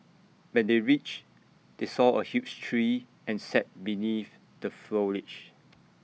when they reached they saw A huge tree and sat beneath the foliage